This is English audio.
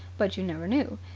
but you never knew.